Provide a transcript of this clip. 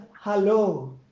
hello